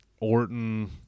Orton